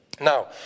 Now